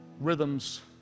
rhythms